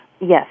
Yes